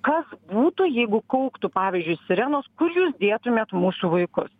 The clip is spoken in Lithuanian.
kas būtų jeigu kauktų pavyzdžiui sirenos kur jūs dėtumėt mūsų vaikus